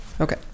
Okay